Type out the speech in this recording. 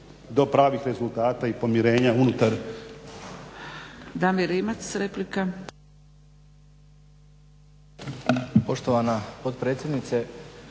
do pravih rezultata i pomirenja unutar.